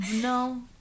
No